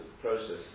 process